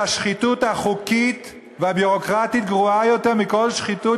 שהשחיתות החוקית והביורוקרטית גרועה יותר מכל שחיתות